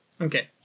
Okay